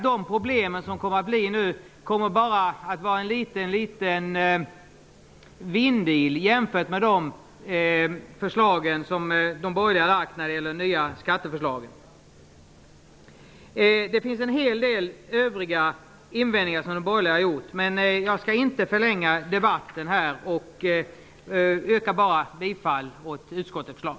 De problemen kommer bara att vara en liten vindil jämfört med de problem som skulle bli följden av de nya skatteförslag som de borgerliga har lagt fram. De borgerliga har gjort en hel del andra invändningar, men jag skall inte förlänga debatten. Jag yrkar bifall till hemställan i utskottets förslag.